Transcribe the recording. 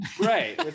right